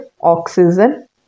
oxygen